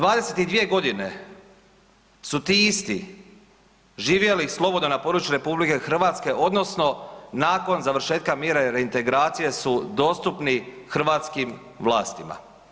22 godine su ti isti živjeli slobodno na području RH odnosno nakon završetka mirne reintegracije su dostupni hrvatskim vlastima.